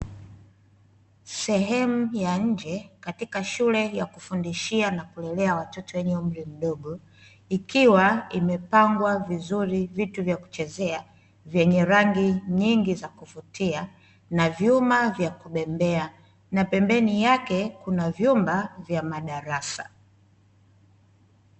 Sehemu ya nje, katika shule ya kufundishia na kulelea watoto wenye umri mdogo, ikiwa imepambwa vizuri vitu vya kuchezea vyenye rangi nyingi za kuvutia na vyuma vya kubembea na pembeni yake kuna vyumba vya madarasa.